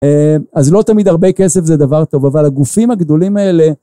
אז לא תמיד הרבה כסף זה דבר טוב, אבל הגופים הגדולים האלה...